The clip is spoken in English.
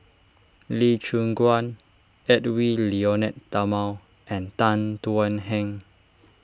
Lee Choon Guan Edwy Lyonet Talma and Tan Thuan Heng